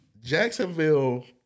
Jacksonville